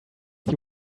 you